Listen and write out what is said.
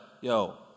yo